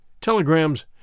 telegrams